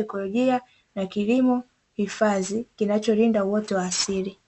ikolojia na kilimo hifadhi kinacholinda uoto wa asili